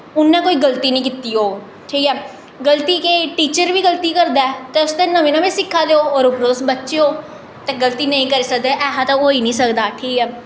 उ'नें कोई गल्ती निं कीती होग ठीक ऐ गल्ती केह् टीचर बी गल्ती करदा ऐ तुस ते नमें नमें सिक्खा दे ओ उप्पर बच्चे ओ गल्ती निं करी सकदे ऐसा होई निं सकदा ठीक ऐ